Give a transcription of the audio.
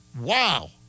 Wow